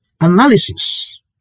analysis